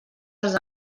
els